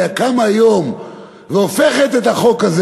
הייתה קמה היום והופכת את החוק הזה